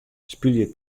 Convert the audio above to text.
spylje